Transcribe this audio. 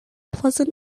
pleasant